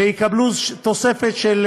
ויקבלו תוספת של